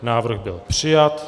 Návrh byl přijat.